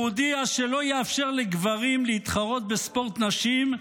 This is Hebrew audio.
הוא הודיע שלא יאפשר לגברים להתחרות בספורט נשים,